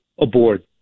aboard